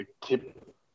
Tip